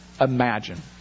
imagine